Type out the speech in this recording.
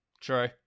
True